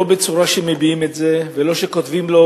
בצורה שמביעים את זה ולא שכותבים את זה,